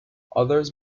others